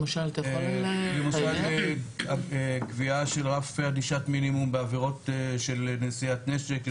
אתה יכול --- למשל קביעה של רף ענישת מינימום בעבירות של נשיאת נשק.